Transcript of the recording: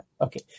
Okay